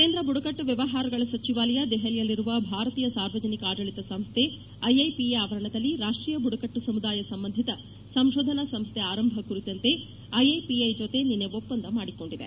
ಕೇಂದ್ರ ಬುಡಕಟ್ಟು ವ್ಯವಹಾರಗಳ ಸಚಿವಾಲಯ ದೆಹಲಿಯಲ್ಲಿರುವ ಭಾರತೀಯ ಸಾರ್ವಜನಿಕ ಆದಳಿತ ಸಂಸ್ಥೆ ಐಐಪಿಎ ಆವರಣದಲ್ಲಿ ರಾಷ್ಟೀಯ ಬುಡಕಟ್ಟು ಸಮುದಾಯ ಸಂಬಂಧಿತ ಸಂಶೋಧನಾ ಸಂಸ್ಥೆ ಆರಂಭ ಕುರಿತಂತೆ ಐಐಪಿಎ ಜೊತೆ ನಿನ್ನೆ ಒಪ್ಪಂದ ಮಾಡಿಕೊಂಡಿದೆ